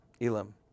Elam